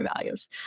values